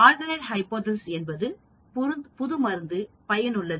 alternate hypothesis என்பது புது மருந்து பயனுள்ளது